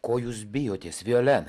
ko jūs bijotės violena